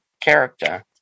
character